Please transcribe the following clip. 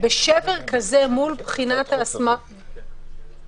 בשבר כזה מול בחינת אדוני,